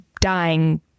dying